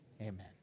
Amen